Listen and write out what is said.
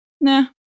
nah